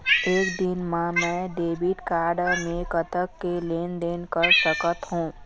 एक दिन मा मैं डेबिट कारड मे कतक के लेन देन कर सकत हो?